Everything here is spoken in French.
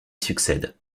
succède